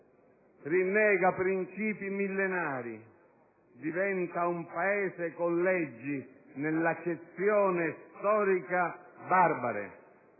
rinnega princìpi millenari, diventa un Paese con leggi, nell'accezione storica, barbare.